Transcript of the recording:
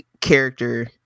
character